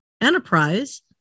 enterprise